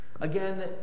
Again